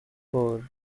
four